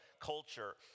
culture